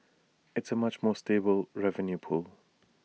it's A much more stable revenue pool